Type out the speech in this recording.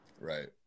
Right